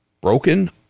broken